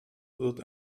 wird